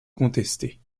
contestée